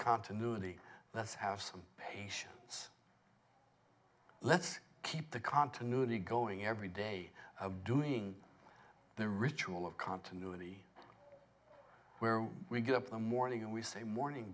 continuity let's have some patience let's keep the continuity going every day doing the ritual of continuity where we get up the morning and we say morning